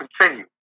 continue